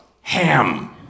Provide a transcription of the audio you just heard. ham